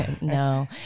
No